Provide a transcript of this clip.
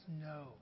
No